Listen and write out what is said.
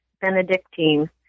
Benedictine